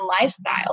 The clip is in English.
lifestyle